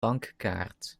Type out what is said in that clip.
bankkaart